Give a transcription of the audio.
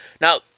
Now